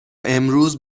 امروز